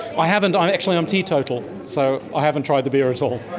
i haven't. um actually i'm teetotal, so i haven't tried the beer at all.